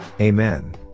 Amen